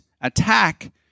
attack